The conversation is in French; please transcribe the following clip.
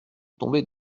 tombée